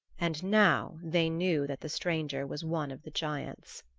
and now they knew that the stranger was one of the giants.